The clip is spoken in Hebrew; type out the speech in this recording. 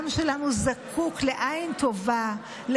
אני חושבת שזה מעשה נבלה.